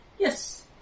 Yes